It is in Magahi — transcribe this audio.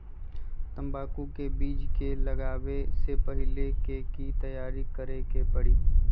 तंबाकू के बीज के लगाबे से पहिले के की तैयारी करे के परी?